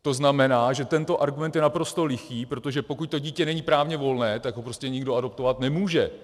To znamená, že tento argument je naprosto lichý, protože pokud to dítě není právně volné, tak ho prostě nikdo adoptovat nemůže.